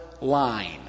line